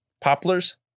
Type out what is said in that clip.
poplars